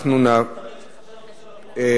אפשר לפרוטוקול לצרף את קולי?